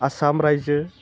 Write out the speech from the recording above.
आसाम रायजो